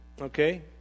okay